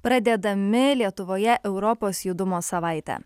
pradedami lietuvoje europos judumo savaitę